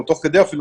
או תוך כדי אפילו,